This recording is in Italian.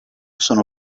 sono